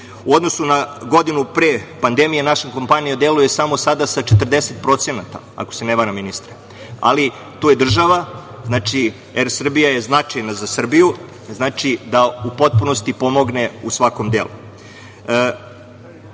odnosu na godinu pre pandemije, naša kompanija deluje samo sada sa 40%, ako se ne varam, ministre, ali tu je država. Znači, „Er Srbija“ je značajna za Srbiju, da u potpunosti pomogne u svakom delu. Isto